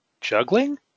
juggling